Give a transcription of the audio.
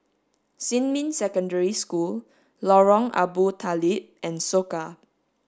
Xinmin Secondary School Lorong Abu Talib and Soka